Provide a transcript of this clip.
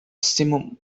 simum